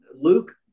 Luke